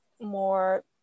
more